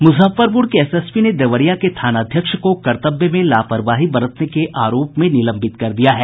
मुजफ्फरपुर के एसएसपी ने देवरिया के थानाध्यक्ष को कर्तव्य में लापरवाही बरतने के आरोप में निलंबित कर दिया है